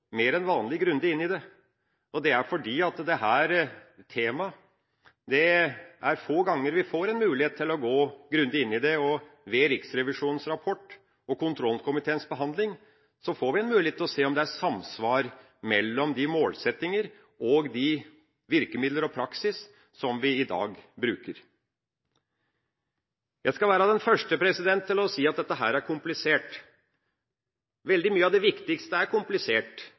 mer enn vanlig grundig inn i det. Det er fordi det er få ganger vi får mulighet til å gå grundig inn i dette temaet. Ved Riksrevisjonens rapport og kontrollkomiteens behandling får vi en mulighet til å se om det er samsvar mellom målsettinger og virkemidler og den praksis som vi i dag har. Jeg skal være den første til å si at dette er komplisert. Veldig mye av det viktigste som vi skal ta stilling til, er komplisert,